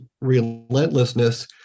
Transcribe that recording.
relentlessness